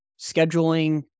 scheduling